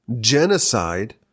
Genocide